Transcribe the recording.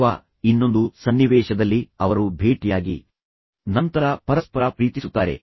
ಅಥವಾ ಇನ್ನೊಂದು ಸನ್ನಿವೇಶದಲ್ಲಿ ಅವರು ಭೇಟಿಯಾಗಿ ನಂತರ ಅವರು ತಕ್ಷಣವೇ ಪರಸ್ಪರ ಪ್ರೀತಿಸುತ್ತಾರೆ